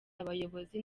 abayobozi